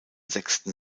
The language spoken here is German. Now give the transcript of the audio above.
sechsten